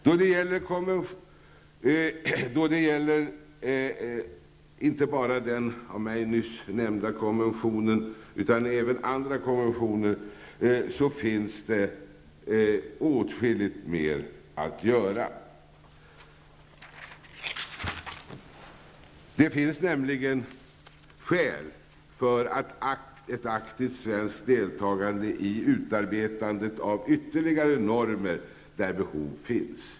Då det gäller inte bara den av mig nyss nämnda konventionen utan även andra konventioner finns det åtskilligt mer att göra. Det finns nämligen skäl för ett aktivt svenskt deltagande i utarbetandet av ytterligare normer där behov finns.